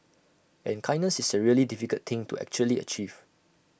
and kindness is A really difficult thing to actually achieve